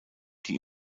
die